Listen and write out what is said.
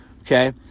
Okay